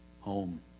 Home